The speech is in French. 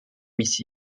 mrs